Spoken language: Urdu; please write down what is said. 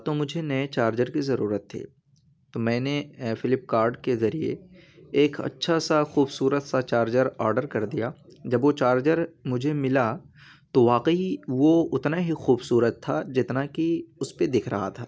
تو مجھے نئے چارجر کی ضرورت تھی تو میں نے فلپ کارٹ کے ذریعے ایک اچّھا سا خوبصورت سا چارجر آڈر کر دیا جب وہ چارجر مجھے ملا تو واقعی وہ اتنا ہی خوبصورت تھا جتنا کہ اس پہ دکھ رہا تھا